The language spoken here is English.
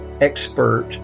expert